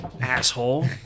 asshole